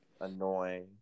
Annoying